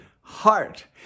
heart